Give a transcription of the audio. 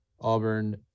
Auburn